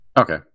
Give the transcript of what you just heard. Okay